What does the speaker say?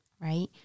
right